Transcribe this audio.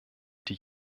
die